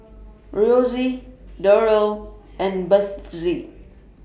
Rosie Durell and Bethzy